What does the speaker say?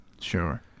sure